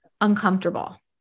uncomfortable